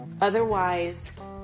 Otherwise